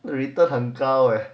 the return 很高 eh